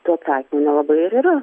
tų atsakymų nelabai ir yra